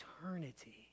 eternity